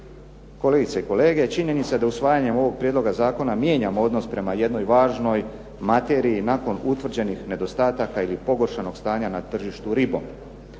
Kolegice i kolege činjenica da usvajanjem ovog Prijedloga zakona mijenjamo odnos prema jednoj važnoj materiji nakon utvrđenih nedostataka ili pogoršanog stanja na tržištu ribom.